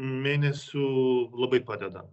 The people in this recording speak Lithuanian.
mėnesių labai padeda